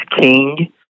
king